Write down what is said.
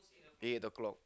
eight o'clock